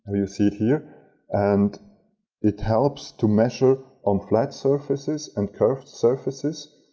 and you see it here and it helps to measure on flat surfaces and curved surfaces,